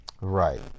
Right